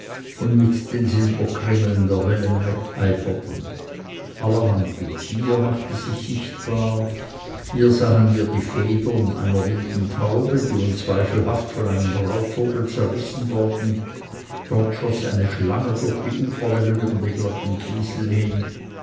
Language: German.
und mit den silberkringeln der wellen wetteiferten allerhand getier machte sich sichtbar hier sahen wir die federn einer wilden taube die unzweifelhaft von einem raubvogel zerrissen worden dort schoß eine schlange durch die uferwellen über die glatten kiesel hin